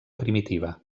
primitiva